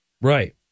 Right